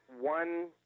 one